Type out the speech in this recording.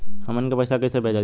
हमन के पईसा कइसे भेजल जाला?